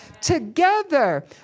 Together